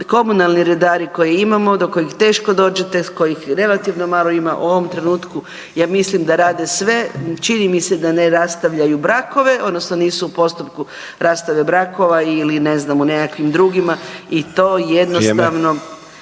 Komunalne redare koje imamo do kojih teško dođete, kojih relativno malo ima u ovom trenutku ja mislim da rade sve čini mi se da ne rastavljaju brakove odnosno nisu u postupku rastave brakova ili ne znam u nekakvim drugima …/Upadica: